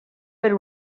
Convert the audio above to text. per